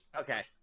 Okay